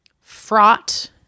fraught